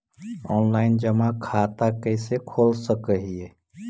Online जमा खाता कैसे खोल सक हिय?